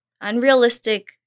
unrealistic